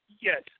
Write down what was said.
yes